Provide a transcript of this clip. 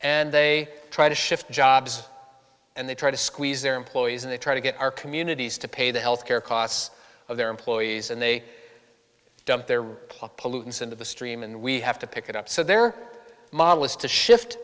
and they try to shift jobs and they try to squeeze their employees and they try to get our communities to pay the health care costs of their employees and they dump their pluck pollutants into the stream and we have to pick it up so their model is to shift